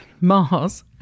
Mars